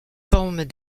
forment